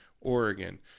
Oregon